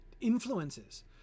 influences